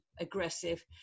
aggressive